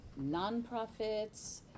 nonprofits